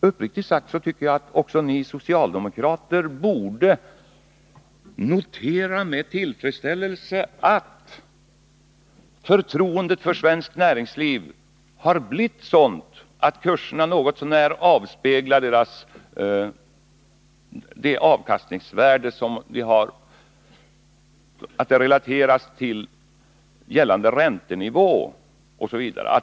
Uppriktigt sagt tycker jag att också ni socialdemokrater med tillfredsställelse borde notera att förtroendet för svenskt näringsliv har blivit sådant att kurserna något så när relateras till gällande räntenivå osv.